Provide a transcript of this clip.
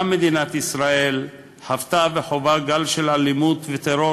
גם מדינת ישראל חוותה וחווה גל אלימות וטרור